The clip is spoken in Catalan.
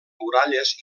muralles